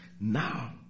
Now